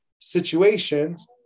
situations